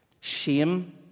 shame